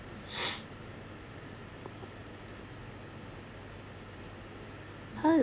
how